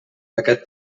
aquest